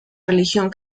religión